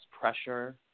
pressure